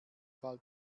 fall